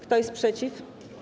Kto jest przeciw?